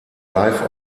live